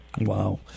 Wow